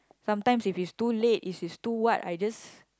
sometimes if it's too late if it's too what I just